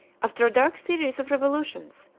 after a dark series of revolutions,